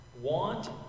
Want